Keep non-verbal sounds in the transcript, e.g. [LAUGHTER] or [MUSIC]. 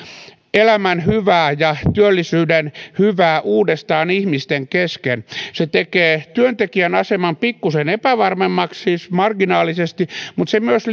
elämän hyvää ja työllisyyden hyvää uudestaan ihmisten kesken se tekee työntekijän aseman pikkusen siis marginaalisesti epävarmemmaksi mutta se myös [UNINTELLIGIBLE]